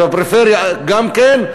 ובפריפריה גם כן,